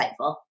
insightful